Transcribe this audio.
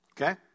okay